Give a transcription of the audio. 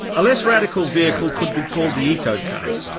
a less radical vehicle could be called the eco-car.